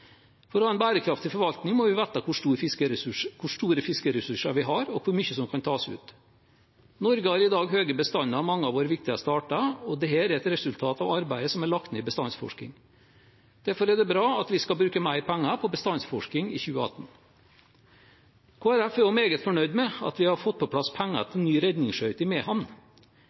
For å ha en bærekraftig forvaltning må vi vite hvor store fiskeressurser vi har og hvor mye som kan tas ut. Norge har i dag høye bestander av mange av våre viktigste arter, og dette er et resultat av arbeidet som er lagt ned i bestandsforskning. Derfor er det bra at vi skal bruke mer penger på bestandsforskning i 2018. Kristelig Folkeparti er også meget fornøyd med at vi har fått på plass penger til ny redningsskøyte i Mehamn.